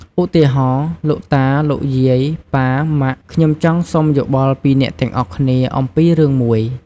ឧទាហរណ៍ លោកតា លោកយាយ ប៉ា ម៉ាក់ ខ្ញុំចង់សុំយោបល់ពីអ្នកទាំងអស់គ្នាអំពីរឿងមួយ។